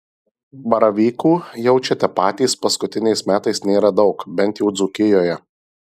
baravykų jaučiate patys paskutiniais metais nėra daug bent jau dzūkijoje